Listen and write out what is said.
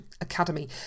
academy